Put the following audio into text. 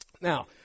Now